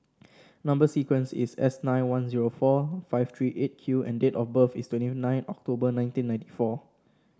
number sequence is S nine one zero four five three Eight Q and date of birth is twenty nine October nineteen ninety four